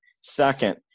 Second